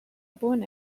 upon